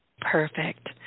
Perfect